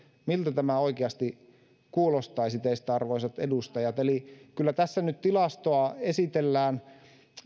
miltä tämä oikeasti kuulostaisi teistä arvoisat edustajat eli kyllä tässä nyt tilastoa esitellään